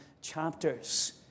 chapters